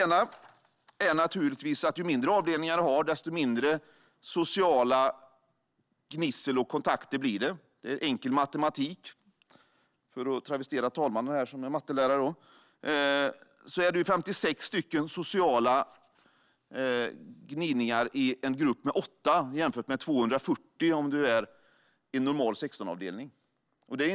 En är naturligtvis att ju mindre avdelningar man har, desto mindre socialt gnissel och sociala kontakter blir det. Det är enkel matematik, för att travestera talmannen som är mattelärare. I en grupp med 8 är det 56 sociala gnidningar, jämfört med 240 på en normal avdelning med 16.